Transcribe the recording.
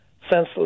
senseless